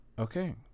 Okay